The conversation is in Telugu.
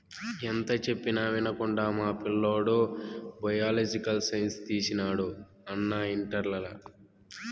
ఎంత చెప్పినా వినకుండా మా పిల్లోడు బయలాజికల్ సైన్స్ తీసినాడు అన్నా ఇంటర్లల